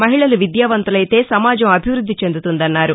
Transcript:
మహిళలు విద్యావంతులైతే సమాజం అభివృద్ది చెందుతుందన్నారు